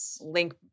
link